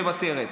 מוותרת,